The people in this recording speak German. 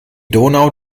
donau